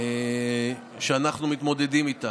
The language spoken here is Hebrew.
ושאנחנו מתמודדים איתם.